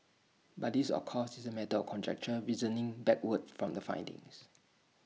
but this of course is is A matter or conjecture reasoning backward from the findings